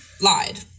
Lied